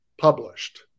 published